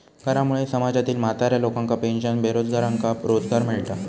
करामुळे समाजातील म्हाताऱ्या लोकांका पेन्शन, बेरोजगारांका रोजगार मिळता